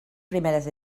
primeres